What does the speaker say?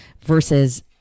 Versus